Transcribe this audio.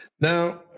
Now